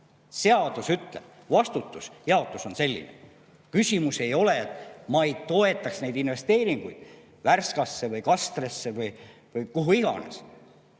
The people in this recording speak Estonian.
Seadus ütleb: vastutus, jaotus on selline. Küsimus ei ole selles, et ma ei toetaks neid investeeringuid Värskasse või Kastresse või kuhu iganes.